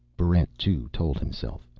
barrent two told himself.